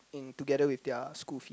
in together with their school fee